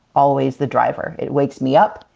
always the driver. it wakes me up,